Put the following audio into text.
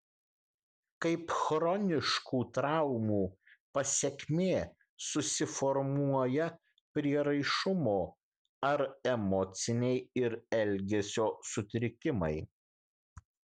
kaip chroniškų traumų pasekmė susiformuoja prieraišumo ar emociniai ir elgesio sutrikimai